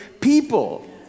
people